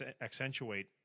accentuate